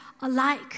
alike